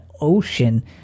ocean